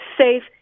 safe